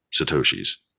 Satoshi's